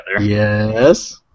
Yes